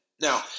Now